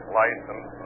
license